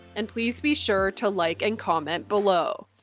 and please be sure to like and comment below.